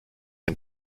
ein